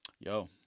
Yo